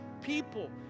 people